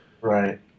Right